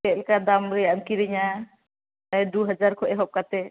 ᱪᱮᱫ ᱞᱮᱠᱟ ᱫᱟᱢ ᱨᱮᱭᱟᱜ ᱮᱢ ᱠᱤᱨᱤᱧᱟ ᱯᱨᱟᱭ ᱫᱩ ᱦᱟᱡᱟᱨ ᱠᱷᱚᱱ ᱮᱦᱚᱵ ᱠᱟᱛᱮᱫ